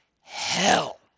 hell